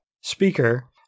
speaker